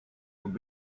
would